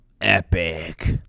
epic